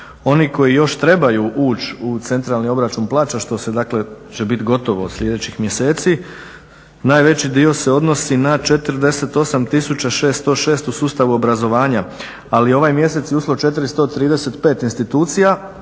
Oni koji još trebaju ući u COP što će dakle biti gotovo sljedećih mjeseci najveći dio se odnosi na 48 606 u sustavu obrazovanja. Ali ovaj mjesec je ušlo 435 institucija